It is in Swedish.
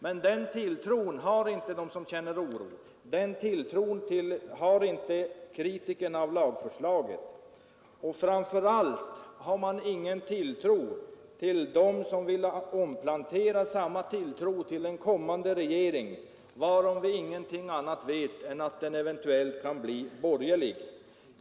Men den tilltron har inte de som känner oro, den tilltron har inte kritikerna av lagförslaget. Framför allt har man ingen tilltro till dem som vill omplantera samma tilltro till en kommande regering, varom vi ingenting annat vet än att den eventuellt kan bli borgerlig.